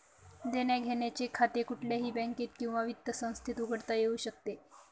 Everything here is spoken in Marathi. देण्याघेण्याचे खाते कुठल्याही बँकेत किंवा वित्त संस्थेत उघडता येऊ शकते